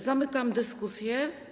Zamykam dyskusję.